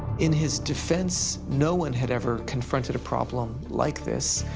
in his defense, no one had ever confronted a problem like this.